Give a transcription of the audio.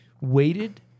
waited